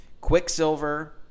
quicksilver